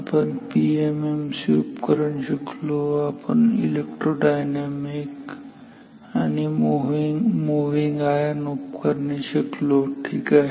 आपण पीएमएमसी उपकरण शिकलो आपण इलेक्ट्रोडायनामिक आणि मूव्हिंग आयर्न उपकरणे शिकलो ठीक आहे